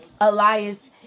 Elias